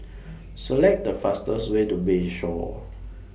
Select The fastest Way to Bayshore